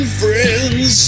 friends